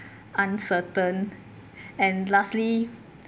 uncertain and lastly